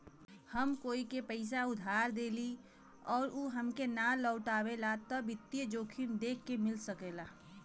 हम कोई के पइसा उधार देली आउर उ हमके ना लउटावला त वित्तीय जोखिम देखे के मिल सकला